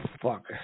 fuck